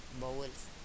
bowels